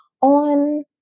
on